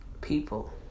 people